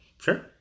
Sure